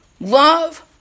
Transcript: Love